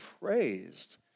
praised